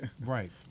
Right